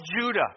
Judah